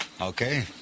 okay